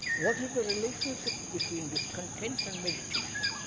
what is the relationship between discontent and meditation?